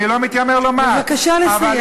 אני לא מתיימר לומר, בבקשה לסיים.